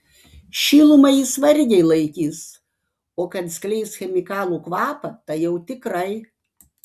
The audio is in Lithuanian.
šilumą jis vargiai laikys o kad skleis chemikalų kvapą tai jau tikrai